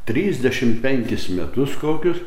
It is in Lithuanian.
trisdešim penkis metus kokius